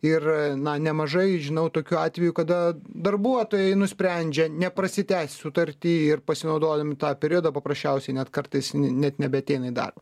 ir na nemažai žinau tokių atvejų kada darbuotojai nusprendžia neprasitęs sutartį ir pasinaudodami ta periodą paprasčiausiai net kartais n net nebeateina į darbą